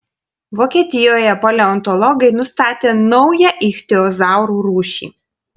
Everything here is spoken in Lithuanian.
vokietijoje paleontologai nustatė naują ichtiozaurų rūšį